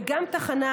וגם באחיטוב,